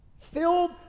Filled